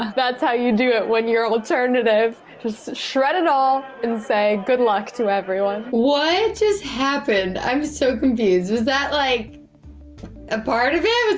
that's how you do it when you're alternative. just shred it all and say, good luck to everyone. what just happened? i'm so confused. was that like a part of it? was